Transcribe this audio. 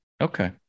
Okay